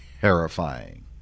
terrifying